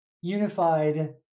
unified